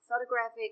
photographic